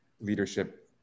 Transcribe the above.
leadership